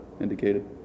indicated